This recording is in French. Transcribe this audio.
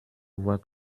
vois